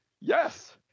Yes